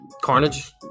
Carnage